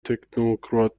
تکنوکرات